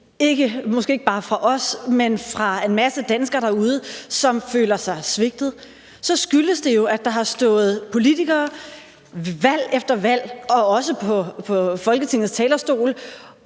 ikke bare fra os, men også fra en masse danskere derude, som føler sig svigtet, så skyldes det jo, at der valg efter valg og også på Folketingets talerstol